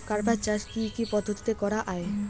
কার্পাস চাষ কী কী পদ্ধতিতে করা য়ায়?